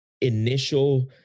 initial